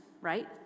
right